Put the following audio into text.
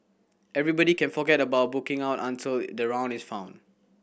everybody can forget about booking out until the round is found